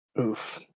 Oof